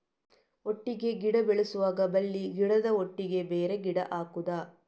ಒಟ್ಟಿಗೆ ಗಿಡ ಬೆಳೆಸುವಾಗ ಬಳ್ಳಿ ಗಿಡದ ಒಟ್ಟಿಗೆ ಬೇರೆ ಗಿಡ ಹಾಕುದ?